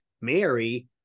Mary